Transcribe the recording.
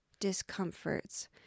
discomforts